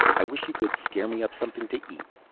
i wish you could scare me up something to eat.